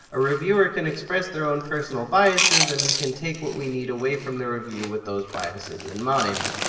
a reviewer can express their own personal biases and we can take what we need away from their review with those biases in mind.